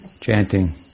chanting